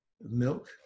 milk